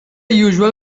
usual